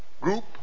group